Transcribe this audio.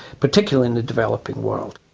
particularly in the developing world.